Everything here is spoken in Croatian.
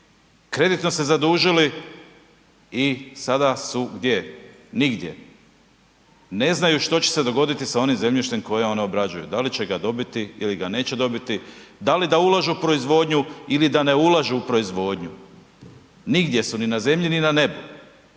kreditno se zadužili i sada su gdje. Nigdje. Ne znaju što će se dogoditi sa onim zemljištem koje oni obrađuju, da li će ga dobiti ili ga neće dobiti, da li da ulažu u proizvodnju ili da ne ulažu u proizvodnju. Nigdje su, ni na zemlji ni na nebu,